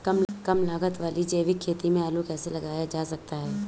कम लागत वाली जैविक खेती में आलू कैसे लगाया जा सकता है?